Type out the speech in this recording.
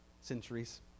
centuries